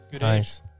Nice